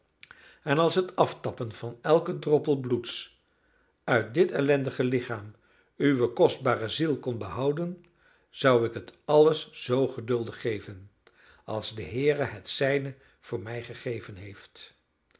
en als het aftappen van elken droppel bloeds uit dit ellendige lichaam uwe kostbare ziel kon behouden zou ik het alles zoo geduldig geven als de heere het zijne voor mij gegeven heeft